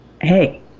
hey